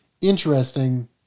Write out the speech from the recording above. interesting